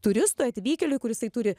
turistui atvykėliui kur jisai turi